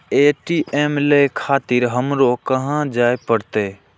ATM ले खातिर हमरो कहाँ जाए परतें?